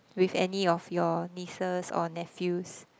with any of your nieces or nephews